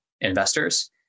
investors